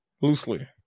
loosely